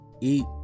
eat